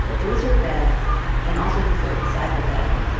there was her bed and also the floor beside her bed,